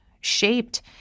shaped